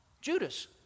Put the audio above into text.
Judas